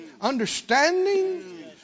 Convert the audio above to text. understanding